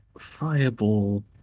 Fireball